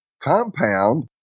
compound